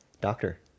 doctor